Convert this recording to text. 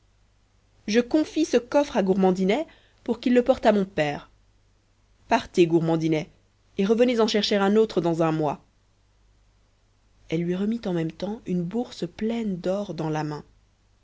je confie ce coffre à gourmandinet pour qu'il le porte à mon père partez gourmandinet et revenez en chercher un autre dans un mois elle lui remit en même temps une bourse pleine d'or dans la main